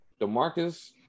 DeMarcus